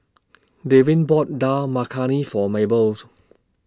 Dwaine bought Dal Makhani For Maybelles